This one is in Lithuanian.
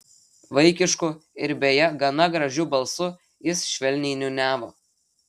vaikišku ir beje gana gražiu balsu jis švelniai niūniavo